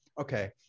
okay